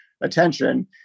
attention